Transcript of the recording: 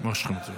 מושכת.